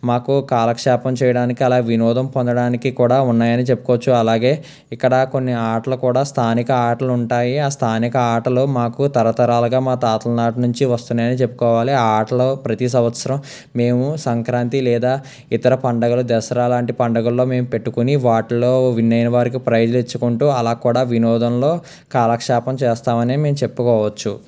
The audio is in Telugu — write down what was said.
మాకు కాలక్షేపం చేయడానికి అలా వినోదం పొందడానికి కూడా ఉన్నాయని చెప్పుకోవచ్చు అలాగే ఇక్కడ కొన్ని ఆటలు కూడా స్థానిక ఆటలు ఉంటాయి ఆ స్థానిక ఆటలు మాకు తరతరాలుగా మా తాతలు నాటి నుంచి వస్తున్నాయని చెప్పుకోవాలి ఆ ఆటలో ప్రతి సంవత్సరం మేము సంక్రాంతి లేదా ఇతర పండుగలు దసరా లాంటి పండుగల్లో మేము పెట్టుకొని వాటిల్లో విన్ అయిన వారికి ప్రైజ్లు ఇచ్చుకుంటూ అలా కూడా వినోదంలో కాలక్షేపం చేస్తామని మేము చెప్పుకోవచ్చు